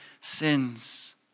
sins